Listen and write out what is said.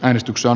äänestyksen